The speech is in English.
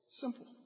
Simple